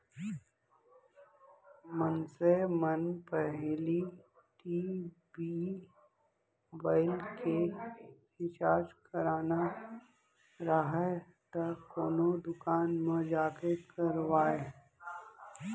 मनसे मन पहिली टी.भी, मोबाइल के रिचार्ज कराना राहय त कोनो दुकान म जाके करवाय